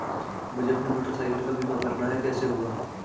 मुझे अपनी motor cycle का बीमा करना है कैसे होगा?